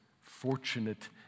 fortunate